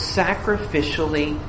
sacrificially